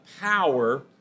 power